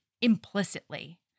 implicitly